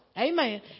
Amen